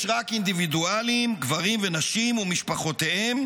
יש רק אינדיבידואלים, גברים ונשים ומשפחותיהם,